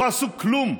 לא עשו כלום.